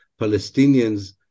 Palestinians